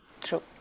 True